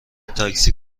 تاکسی